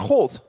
God